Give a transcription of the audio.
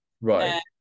Right